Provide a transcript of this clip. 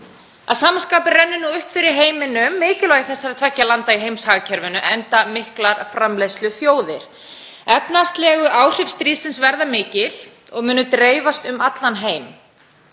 Að sama skapi rennur nú upp fyrir heiminum mikilvægi þessara tveggja landa í heimshagkerfinu enda miklar framleiðsluþjóðir. Efnahagsleg áhrif stríðsins verða mikil og munu dreifast um allan heim.